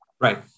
Right